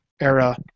era